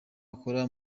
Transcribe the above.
akora